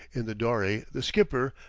in the dory the skipper,